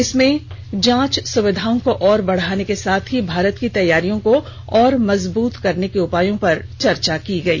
इसमें जांच सुविधाओं को और बढ़ाने के साथ ही भारत की तैयारियों को और मजबूत करने के उपायों पर चर्चा की गई